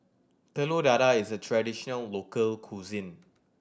Telur Dadah is a traditional local cuisine